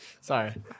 Sorry